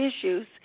issues